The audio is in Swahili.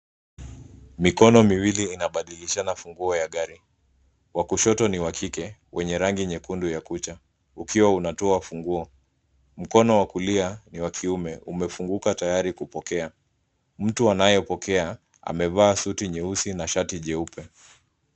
Mikono miwili inabadilishana funguo ya gari. Wa kushoto ni wa kike wenye rangi nyekundu ya kucha, ukiwa unatoa funguo. Mkono wa kulia ni wa kiume umefunguka tayari kupokea. Mtu anayepokea amevaa suti nyeusi na shati nyeupe.